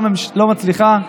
לא מצליחה,